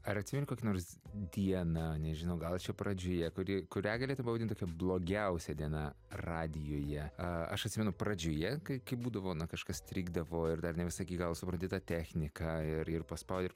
ar atsimeni kokį nors dieną nežinau gal čia pradžioje kuri kurią galėtum pavadint blogiausia diena radijuje aš atsimenu pradžioje kai būdavo na kažkas strigdavo ir dar ne visai galo supranti tą techniką ir ir paspaudi